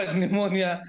Pneumonia